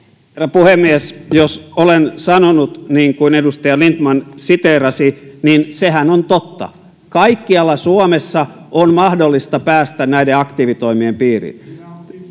puhemies jos olen sanonut niin kuin edustaja lindtman siteerasi niin sehän on totta kaikkialla suomessa on mahdollista päästä näiden aktiivitoimien piiriin